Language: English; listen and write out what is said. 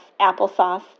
applesauce